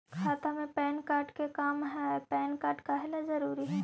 खाता में PAN card के का काम है पैन कार्ड काहे ला जरूरी है?